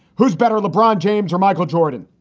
who's better, lebron james or michael jordan?